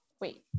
Wait